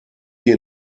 wir